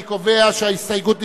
אני קובע שההסתייגות התקבלה.